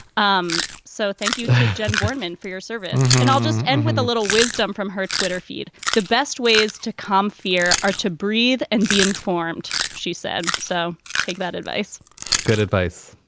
um so thank you, john berman, for your service. and i'll just and add a little wisdom from her twitter feed. the best ways to calm fear are to breathe and be informed, she said. so take that advice good advice.